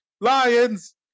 Lions